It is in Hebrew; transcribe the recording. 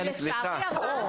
ולצערי הרב,